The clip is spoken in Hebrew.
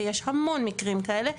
ויש המון מקרים כאלה,